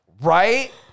Right